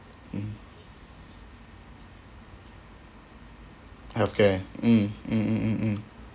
mm health care mm mm mm mm mm